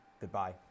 goodbye